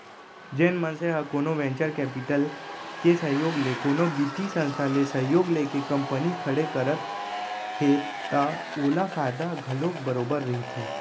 जेन मनसे ह कोनो वेंचर कैपिटल के सहयोग ले कोनो बित्तीय संस्था ले सहयोग लेके कंपनी खड़े करत हे त ओला फायदा घलोक बरोबर रहिथे